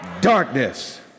Darkness